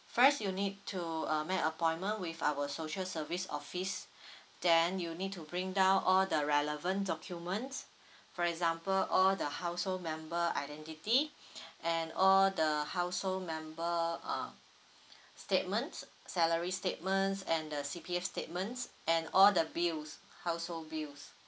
first you need to uh make a appointment with our social service office then you need to bring down all the relevant document for example all the household member identity and all the household member uh statements salary statements and the C_P_F statements and all the bills household bills